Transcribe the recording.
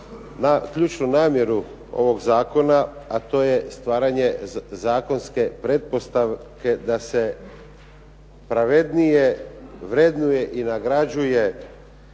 ključnu namjeru ovog zakona, a to je stvaranje zakonske pretpostavke da se pravednije vrednuje i nagrađuje